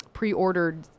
pre-ordered